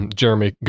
jeremy